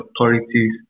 authorities